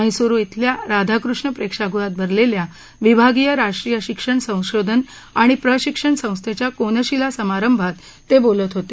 म्हैसूर इथल्या राधाकृष्ण प्रेक्षागृहात भरलेल्या विभागीय राष्ट्रीय शिक्षण संशोधन आणि प्रशिक्षण संस्थेच्या कोनशीला समारंभात ते बोलत होते